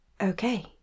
Okay